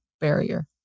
barrier